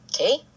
Okay